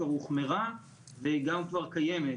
כבר הוחמרה וגם כבר קיימת,